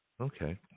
Okay